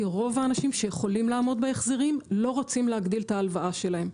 כי רוב האנשים שיכולים לעמוד בהחזרים לא רוצים להגדיל את ההלוואה שלהם.